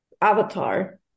avatar